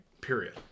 period